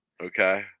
Okay